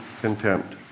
contempt